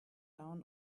down